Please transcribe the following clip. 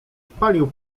palił